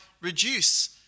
reduce